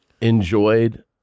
enjoyed